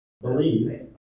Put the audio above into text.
believe